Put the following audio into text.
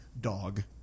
dog